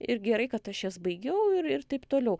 ir gerai kad aš jas baigiau ir ir taip toliau